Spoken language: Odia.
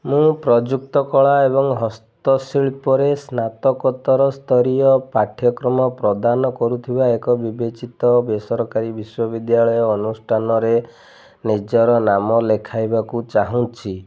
ମୁଁ ପ୍ରଯୁକ୍ତ କଳା ଏବଂ ହସ୍ତଶିଳ୍ପରେ ସ୍ନାତକୋତ୍ତର ସ୍ତରୀୟ ପାଠ୍ୟକ୍ରମ ପ୍ରଦାନ କରୁଥିବା ଏକ ବିବେଚିତ ବେସରକାରୀ ବିଶ୍ୱବିଦ୍ୟାଳୟ ଅନୁଷ୍ଠାନରେ ନିଜର ନାମ ଲେଖାଇବାକୁ ଚାହୁଁଛି